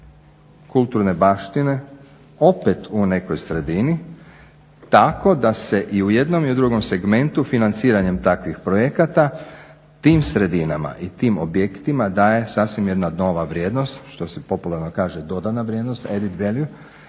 kulturne baštine opet u nekoj sredini tako da se i u jednom i u drugom segmentu financiranjem takvih projekata tim sredinama i tim objektima daje sasvim jedna nova vrijednost što se popularno kaže dodana vrijednost edit value